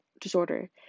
disorder